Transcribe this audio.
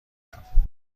دارم